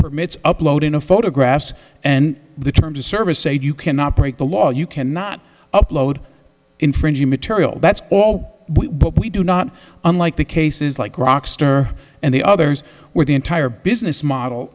permits upload in a photographs and the terms of service say you cannot break the law you cannot upload infringing material that's all what we do not unlike the cases like rock star and the others where the entire business model